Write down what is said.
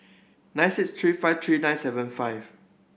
nine six three five three nine seven five